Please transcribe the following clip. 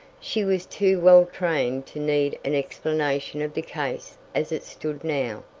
she was too well trained to need an explanation of the case as it stood now.